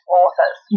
authors